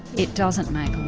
it doesn't make